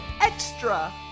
extra